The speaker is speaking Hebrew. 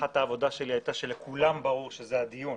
הנחת העבודה שלי הייתה שלכולם ברור שזה הדיון.